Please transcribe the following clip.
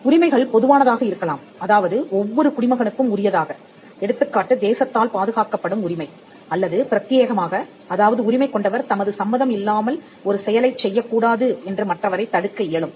உரிமைகள் பொதுவானவையாக இருக்கலாம் அதாவது ஒவ்வொரு குடிமகனுக்கும் உரியதாக எடுத்துக்காட்டுதேசத்தால் பாதுகாக்கப்படும் உரிமை அல்லது பிரத்தியேகமாக அதாவது உரிமை கொண்டவர் தமது சம்மதம் இல்லாமல் ஒரு செயலைச் செய்யக் கூடாது என்று மற்றவரைத் தடுக்க இயலும்